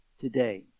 today